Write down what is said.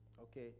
Okay